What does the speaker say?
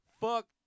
Fuck